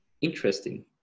interesting